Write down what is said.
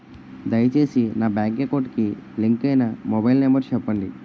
దయచేసి నా bank account కి లింక్ అయినా మొబైల్ నంబర్ చెప్పండి